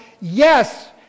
Yes